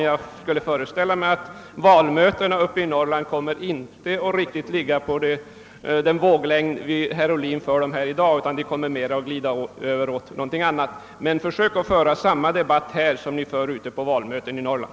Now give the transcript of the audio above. Jag skulle föreställa mig att folkpartiets valmöten uppe i Norrland inte riktigt skulle komma att ligga på den våglängd herr Ohlin håller här i dag utan att de mera kommer att glida över åt någonting annat. Men försök att föra samma debatt här som ni för på valmötena uppe i Norrland!